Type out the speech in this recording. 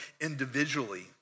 individually